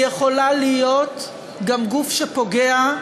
היא יכולה להיות גם גוף שפוגע,